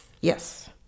Yes